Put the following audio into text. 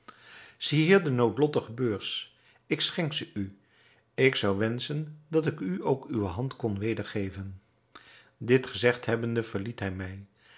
zie hier de noodlottige beurs ik schenk ze u en ik zou wenschen dat ik u ook uwe hand kon wedergeven dit gezegd hebbende verliet hij mij